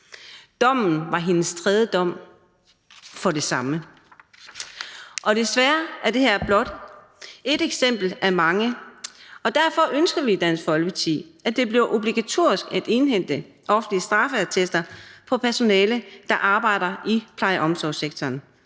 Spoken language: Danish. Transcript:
Dommen var hendes tredje dom for det samme. Desværre er det her blot et eksempel af mange, og derfor ønsker vi i Dansk Folkeparti, at det bliver obligatorisk at indhente offentlige straffeattester på personale, der arbejder i pleje- og omsorgssektoren,